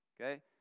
Okay